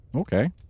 Okay